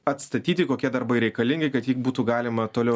atstatyti kokie darbai reikalingi kad ji būtų galima toliau